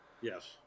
Yes